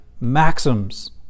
maxims